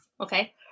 okay